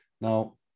Now